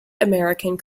american